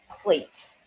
Plate